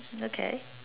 okay